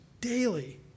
Daily